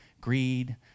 greed